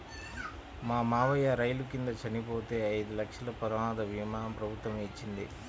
మా మావయ్య రైలు కింద చనిపోతే ఐదు లక్షల ప్రమాద భీమా ప్రభుత్వమే ఇచ్చింది